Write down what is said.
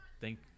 Thank